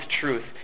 truth